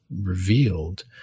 revealed